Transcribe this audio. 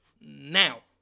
now